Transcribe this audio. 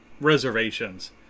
reservations